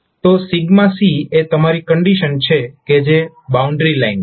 તો c એ તમારી કંડીશન છે કે જે બાઉન્ડ્રી લાઈન છે